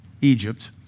Egypt